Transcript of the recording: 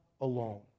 alone